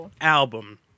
album